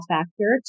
Factor